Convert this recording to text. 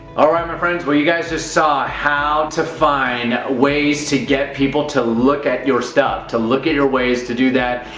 all right, my friends, well you guys just saw how to find ways to get people to look at your stuff, to look at your ways to do that.